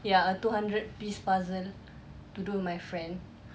ya a two hundred piece puzzle to do with my friend